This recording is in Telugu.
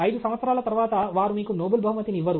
5 సంవత్సరాల తరువాత వారు మీకు నోబెల్ బహుమతిని ఇవ్వరు